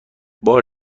بار